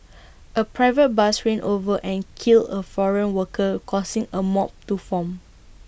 A private bus ran over and killed A foreign worker causing A mob to form